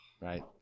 right